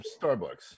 Starbucks